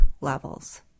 levels